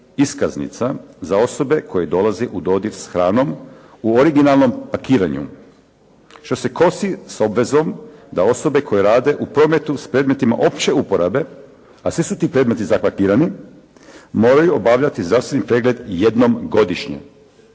iskaznica za osobe koje dolaze u dodir s hranom u originalnom pakiranju, što se kosi s obvezom da osobe koje rade u prometu s predmetima opće uporabe, a svi su ti predmeti zapakirani moraju obavljati zdravstveni pregled jednom godišnje.